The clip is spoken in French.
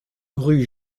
rue